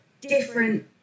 different